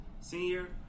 senior